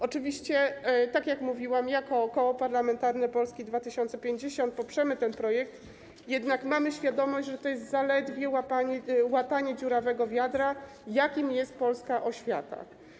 Oczywiście, tak jak mówiłam, jako Koło Parlamentarne Polska 2050 poprzemy ten projekt, jednak mamy świadomość, że to jest zaledwie łatanie dziurawego wiadra, jakim jest polska oświata.